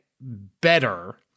better